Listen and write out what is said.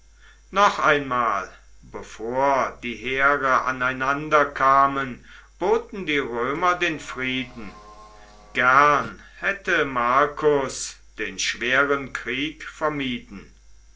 noch einmal bevor die heere aneinander kamen boten die römer den frieden gern hätte marcus den schweren krieg vermieden